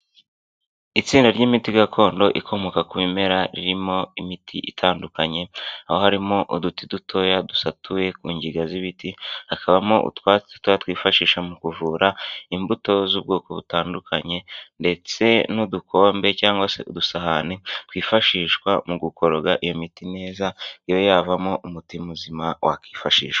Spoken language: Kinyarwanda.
Itsinda ry'imiti gakondo ikomoka ku bimera ririmo imiti itandukanye aho harimo uduti dutoya dusatuye ku ngiga z'ibiti, hakabamo utwatsi twifashisha mu kuvura, imbuto z'ubwoko butandukanye, ndetse n'udukombe cyangwa se udusahane twifashishwa mu gukoroga iyo miti neza, iyo yavamo umuti muzima wakwifashishwa.